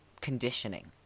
conditioning